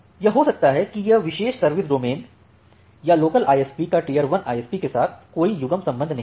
यह हो सकता है कि यह विशेष सर्विस डोमेन या लोकल आईएसपी का टीयर 1 आईएसपी के साथ कोई युग्म संबंध नहीं हो